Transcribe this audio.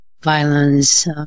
violence